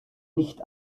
nicht